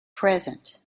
present